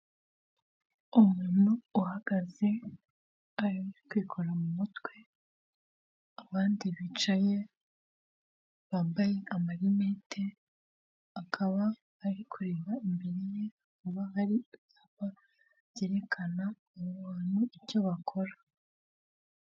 Ndahabona igazeti ya leta nimero enye yo kuwa munani bibiri na makumyabiri na gatatu, iyo gazete ikaba yandikishijwe amagambo y'umukara, ikaba yanditse mu ndimi eshatu arizo; ikinyarwanda, icyongereza ndetse n'igifaransa.